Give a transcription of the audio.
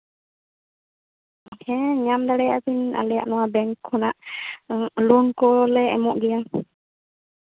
ᱦᱮᱸ ᱧᱟᱢ ᱫᱟᱲᱮᱭᱟᱜ ᱜᱮᱭᱟᱵᱤᱱ ᱟᱞᱮᱭᱟᱜ ᱱᱚᱣᱟ ᱵᱮᱝᱠ ᱠᱷᱚᱱᱟᱜ ᱞᱳᱱ ᱠᱚᱞᱮ ᱮᱢᱚᱜ ᱜᱮᱭᱟ